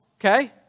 okay